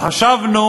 וחשבנו